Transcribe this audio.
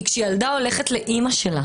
כי כשילדה הולכת לאימא שלה